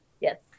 Yes